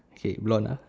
okay blond ah